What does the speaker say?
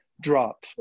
drop